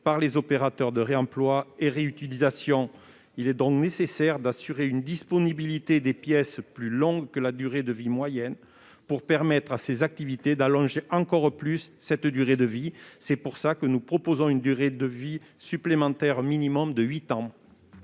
par les opérateurs du réemploi et de la réutilisation. Il est donc nécessaire d'assurer une disponibilité des pièces plus longue que la durée de vie moyenne pour permettre à ces activités d'allonger encore cette dernière. C'est pour cette raison que nous proposons une durée supplémentaire minimale de huit ans.